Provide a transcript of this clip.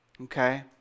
okay